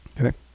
Okay